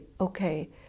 okay